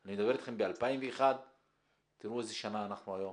אני מדבר אתכם על 2001. תראו איזו שנה אנחנו היום